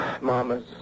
Mama's